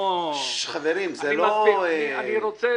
אני רוצה